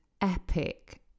epic